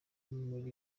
muri